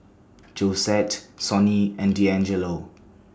Josette Sonny and Deangelo